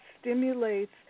stimulates